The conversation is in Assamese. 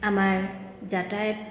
আমাৰ যাতায়াত